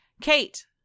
Kate